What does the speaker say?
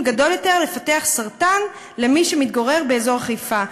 גדול יותר לפתח סרטן למי שמתגורר באזור חיפה.